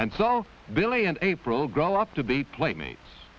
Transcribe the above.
and so billy and april grow up to be playmates